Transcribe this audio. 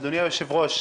אדוני היושב ראש,